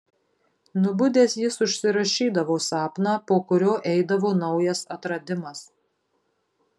nubudęs jis užsirašydavo sapną po kurio eidavo naujas atradimas